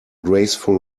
graceful